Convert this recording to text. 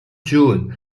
john